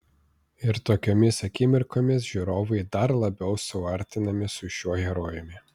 ir tokiomis akimirkomis žiūrovai dar labiau suartinami su šiuo herojumi